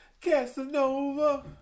Casanova